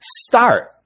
start